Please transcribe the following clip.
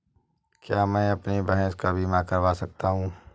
क्या मैं अपनी भैंस का बीमा करवा सकता हूँ?